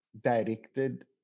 directed